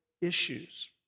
issues